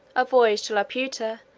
a voyage to laputa,